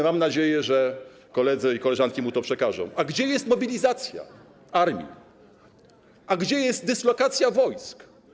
Mam nadzieję, że koledzy i koleżanki mu to przekażą: A gdzie jest mobilizacja armii, a gdzie jest dyslokacja wojsk?